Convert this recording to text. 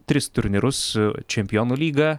tris turnyrus čempionų lygą